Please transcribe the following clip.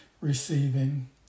receiving